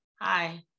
Hi